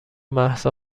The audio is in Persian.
مهسا